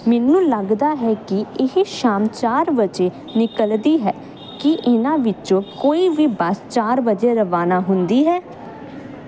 ਮੈਨੂੰ ਲੱਗਦਾ ਹੈ ਕਿ ਇਹ ਸ਼ਾਮ ਚਾਰ ਵਜੇ ਨਿਕਲਦੀ ਹੈ ਕੀ ਇਹਨਾਂ ਵਿੱਚੋਂ ਕੋਈ ਵੀ ਬੱਸ ਚਾਰ ਵਜੇ ਰਵਾਨਾ ਹੁੰਦੀ ਹੈ